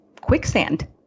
quicksand